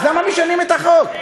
אז למה משנים את החוק?